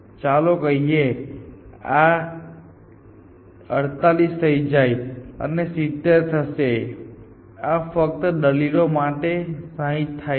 ચાલો કહીએ કે આ 48 થઈ જાય છે અને તે 70 થશે આ ફક્ત દલીલો માટે 60 થાય છે